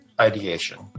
ideation